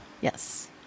Yes